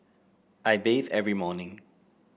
I bathe every morning